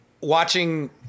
Watching